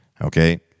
Okay